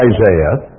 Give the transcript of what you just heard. Isaiah